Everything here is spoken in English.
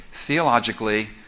theologically